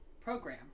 program